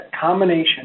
combination